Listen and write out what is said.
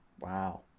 Wow